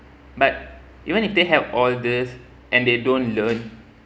but even if they have all this and they don't learn